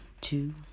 two